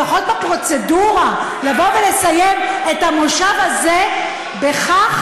לפחות בפרוצדורה לבוא ולסיים את המושב הזה בכך